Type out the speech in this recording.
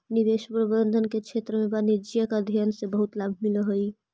निवेश प्रबंधन के क्षेत्र में वाणिज्यिक अध्ययन से बहुत लाभ मिलऽ हई